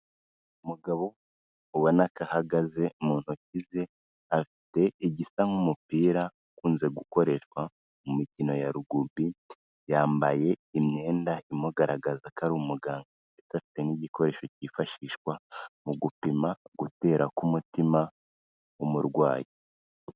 Umugabo ubona ko ahagaze, mu ntoki ze afite igisa nk'umupira ukunze gukoreshwa mu mikino ya rugubi, yambaye imyenda imugaragaza ko ari umuganga ,ndetse afite n'igikoresho cyifashishwa mu gupima ,gutera k'umutima w'umurwayi.